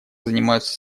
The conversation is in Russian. занимаются